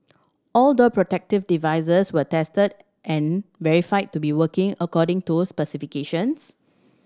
all door protective devices were tested and verified to be working according to specifications